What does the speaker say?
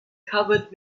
covered